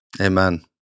Amen